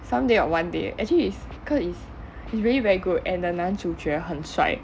someday or one day actually is cause it's it's really very good and the 男主角很帅